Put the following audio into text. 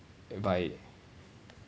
buy it